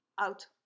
out